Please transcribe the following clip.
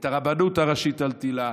את הרבנות הראשית על תילה,